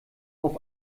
auf